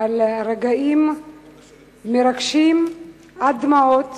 על רגעים מרגשים עד דמעות